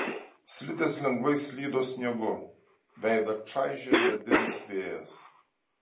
slidės lengvai slydo sniegu veidą čaižė ledinis vėjas